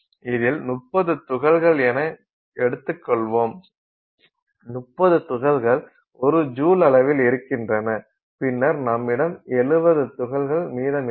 இதில் 30 துகள்கள் என எடுத்துக் கொள்வோம் 30 துகள்கள் 1 ஜூல் அளவில் இருக்கின்றன பின்னர் நம்மிடம் 70 துகள்கள் மீதமிருக்கும்